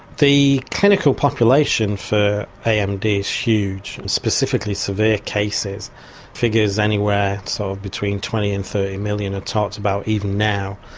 the clinical population for amd is huge, in specifically severe cases figures anywhere so of between twenty and thirty million are talked about even now.